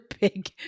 big